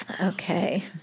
Okay